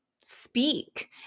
speak